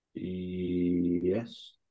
Yes